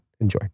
Enjoy